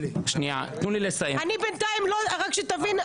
רק שתבין,